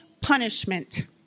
punishment